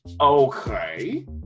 Okay